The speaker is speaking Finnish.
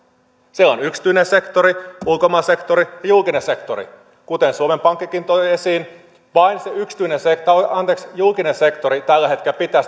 siellä on yksityinen sektori ulkomaan sektori ja julkinen sektori kuten suomen pankkikin toi esiin vain se julkinen sektori tällä hetkellä pitää